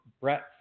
Brett